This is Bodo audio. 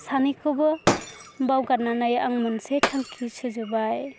सानैखौबो बावगारनानै आं मोनसे थांखि सुजुबाय